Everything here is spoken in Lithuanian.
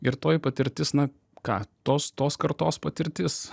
ir toji patirtis na ką tos tos kartos patirtis